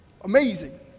Amazing